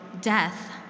death